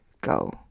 go